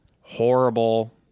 horrible